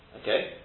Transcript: Okay